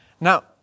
Now